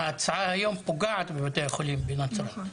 ההצעה היום פוגעת בבתי החולים בנצרת,